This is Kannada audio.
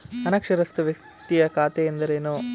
ಅನಕ್ಷರಸ್ಥ ವ್ಯಕ್ತಿಯ ಖಾತೆ ಎಂದರೇನು?